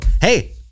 Hey